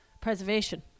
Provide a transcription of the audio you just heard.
preservation